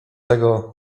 tego